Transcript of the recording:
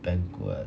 banquet